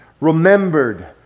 remembered